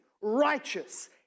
righteous